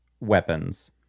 weapons